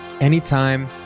Anytime